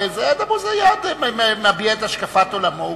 זיאד אבו זיאד מביע את השקפת עולמו.